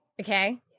Okay